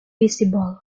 visible